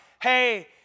hey